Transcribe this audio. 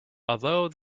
although